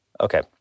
Okay